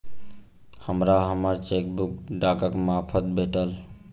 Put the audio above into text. हमरा हम्मर चेकबुक डाकक मार्फत भेटल